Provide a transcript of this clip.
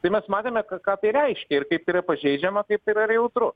tai mes matėme ką ką reiškia ir kaip tai yra pažeidžiama kaip tai yra ir jautru